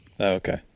Okay